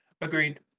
Agreed